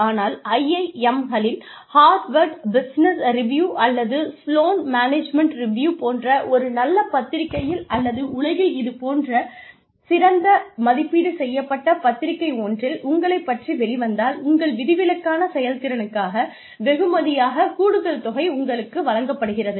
ஆனால் IIM களின் Harvard business review அல்லது ஸ்லோன் மேனேஜ்மென்ட் ரிவியூ போன்ற ஒரு நல்ல பத்திரிகையில் அல்லது உலகில் இதுபோன்ற சிறந்த மதிப்பீடு செய்யப்பட்ட பத்திரிகை ஒன்றில் உங்களைப் பற்றி வெளிவந்தால் உங்கள் விதிவிலக்கான செயல்திறனுக்காக வெகுமதியாக கூடுதல் தொகை உங்களுக்கு வழங்கப்படுகிறது